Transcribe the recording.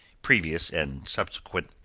previous and subsequent,